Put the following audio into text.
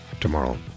tomorrow